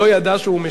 בבקשה.